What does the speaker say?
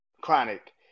Chronic